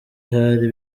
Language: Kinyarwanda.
hari